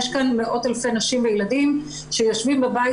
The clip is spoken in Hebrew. יש כאן מאות אלפי נשים וילדים שיושבים בבית